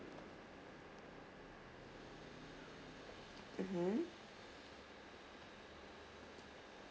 mmhmm